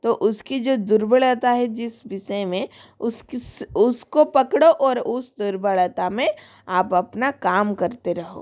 तो उसकी जो दुर्बलता है जिस विषय में उस किस उसको पकड़ो ओर उस दुर्बलता में आप अपना काम करते रहो